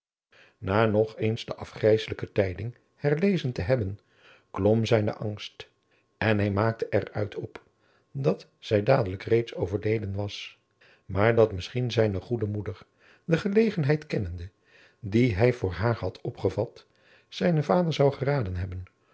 na nog eens de afgrijsselijke tijding herlezen te hebben klom zijne angst en hij maakte er uit op dat zij dadelijk reeds overleden was maar dat misschien zijne goede moeder de genegenheid kennende die hij voor haar had opgevat zijnen vader zou geraden hebben